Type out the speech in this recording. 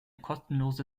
kostenlose